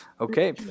Okay